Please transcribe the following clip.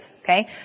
Okay